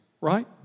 right